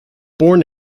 born